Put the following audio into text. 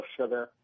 sugar